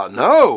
no